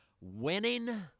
Winning